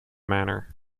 manner